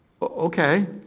Okay